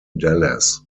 dallas